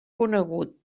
conegut